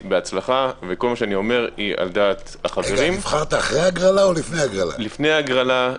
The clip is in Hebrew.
מה שחשוב זה שתהיה פריסה מבחינה גיאוגרפית כדי